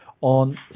on